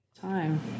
Time